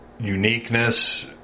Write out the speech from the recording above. uniqueness